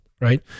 right